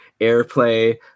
airplay